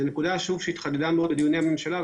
זו נקודה שהתחדדה מאוד בדיוני הממשלה.